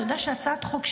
אתה יודע שהצעת חוק שלי,